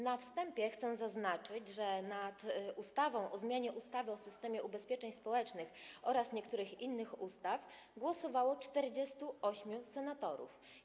Na wstępie chcę zaznaczyć, że nad ustawą o zmianie ustawy o systemie ubezpieczeń społecznych oraz niektórych innych ustaw głosowało 48 senatorów.